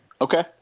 Okay